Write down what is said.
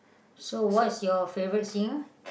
so what's your favorite singer